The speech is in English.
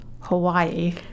Hawaii